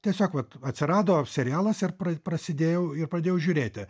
tiesiog vat atsirado serialas ir pra prasidėjau ir pradėjau žiūrėti